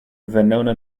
venona